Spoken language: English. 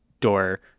door